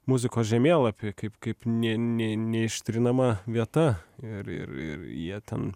muzikos žemėlapy kaip kaip ne ne neištrinama vieta ir ir ir jie ten